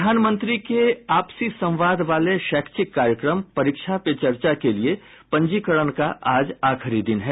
प्रधानमंत्री के आपसी संवाद वाले शैक्षिक कार्यक्रम परीक्षा पे चर्चा के लिए पंजीकरण का आज आखिरी दिन है